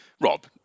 Rob